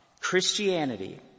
Christianity